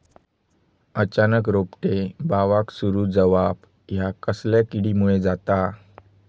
अचानक रोपटे बावाक सुरू जवाप हया कसल्या किडीमुळे जाता?